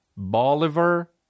Bolivar